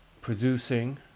producing